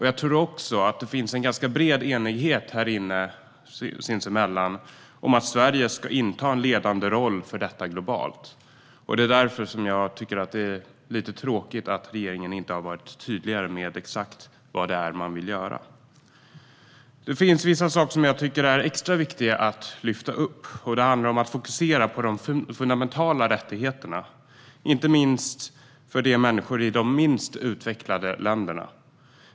Jag tror också att det finns en ganska bred enighet här inne om att Sverige ska inta en ledande roll för detta globalt, och det är därför som jag tycker att det är lite tråkigt att regeringen inte har varit tydligare med vad exakt det är man vill göra. Det finns vissa saker som jag tycker är extra viktiga att lyfta upp, och det handlar om att fokusera på de fundamentala rättigheterna, inte minst för människor i de minst utvecklade länderna.